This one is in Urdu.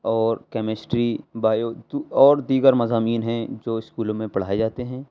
اور کیمیسٹری بایو تو اور دیگر مضامین ہیں جو اسکولوں میں پڑھائے جاتے ہیں